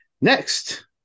Next